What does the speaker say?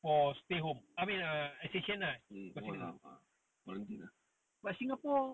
quarantine ah